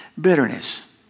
Bitterness